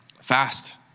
Fast